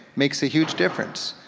makes a huge difference.